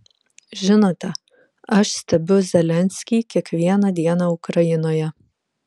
žinote aš stebiu zelenskį kiekvieną dieną ukrainoje